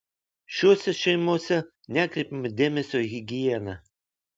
šiose šeimose nekreipiama dėmesio į higieną